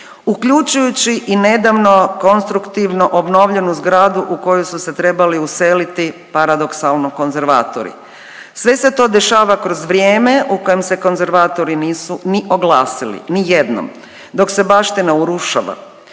uključujući i nedavno konstruktivno obnovljenu zgradu u koju su se trebali useliti paradoksalno konzervatori. Sve se to dešava kroz vrijeme u kojem se konzervatori nisu ni oglasili, ni jednom. Dok se baština urušava.